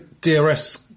DRS